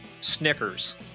Snickers